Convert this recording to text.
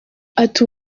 ati